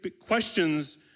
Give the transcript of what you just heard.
questions